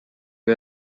you